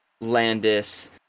Landis